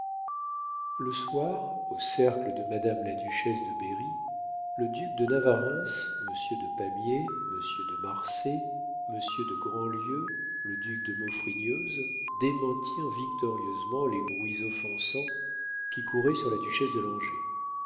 le soir au cercle de madame la duchesse de berri le duc de navarreins monsieur de pamiers monsieur de marsay monsieur de grandlieu le duc de maufrigneuse démentirent victorieusement les bruits offensants qui couraient sur la duchesse de langeais